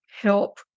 help